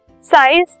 size